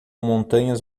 montanhas